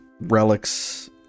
relics